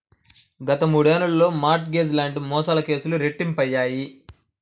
గత మూడేళ్లలో mortgage లాంటి మోసాల కేసులు రెట్టింపయ్యాయి